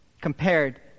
Compared